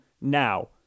now